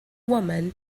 women